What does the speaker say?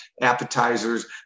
appetizers